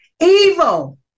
evil